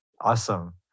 Awesome